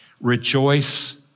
Rejoice